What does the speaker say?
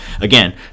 again